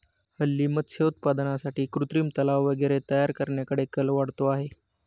हल्ली मत्स्य उत्पादनासाठी कृत्रिम तलाव वगैरे तयार करण्याकडे कल वाढतो आहे